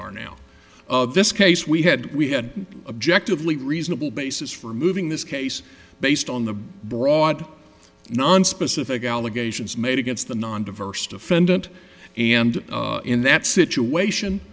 are now of this case we had we had objective lee reasonable basis for moving this case based on the broad nonspecific allegations made against the non diverse defendant and in that situation